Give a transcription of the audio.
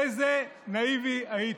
איזה נאיבי הייתי.